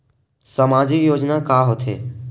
सामाजिक योजना का होथे?